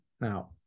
now